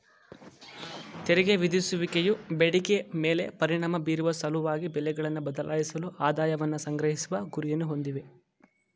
ತೆರಿಗೆ ವಿಧಿಸುವಿಕೆ ಬೇಡಿಕೆ ಮೇಲೆ ಪರಿಣಾಮ ಬೀರುವ ಸಲುವಾಗಿ ಬೆಲೆಗಳನ್ನ ಬದಲಾಯಿಸಲು ಆದಾಯವನ್ನ ಸಂಗ್ರಹಿಸುವ ಗುರಿಯನ್ನ ಹೊಂದಿದೆ